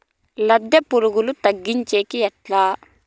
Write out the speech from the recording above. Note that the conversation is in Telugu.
లద్దె పులుగులు తగ్గించేకి ఎట్లా?